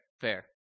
fair